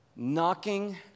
Knocking